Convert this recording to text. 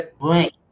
Right